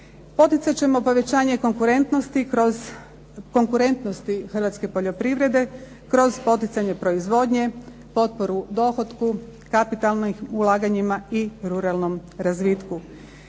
Poticat ćemo povećanje konkurentnosti kroz konkurentnost hrvatske poljoprivrede, kroz poticanje proizvodnje, potporu dohotku, kapitalnim ulaganjima i ruralnom razvitku.